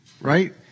right